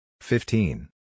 fifteen